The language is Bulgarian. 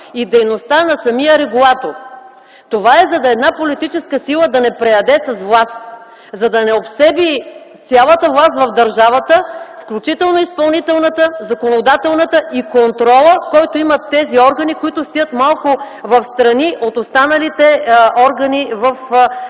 и дейността на самия регулатор. Това е, за да не преяде с власт една политическа сила, за да не обсеби цялата власт в държавата, включително изпълнителната, законодателната и контрола, който имат тези органи, които стоят малко встрани от останалите органи в нашата